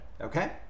okay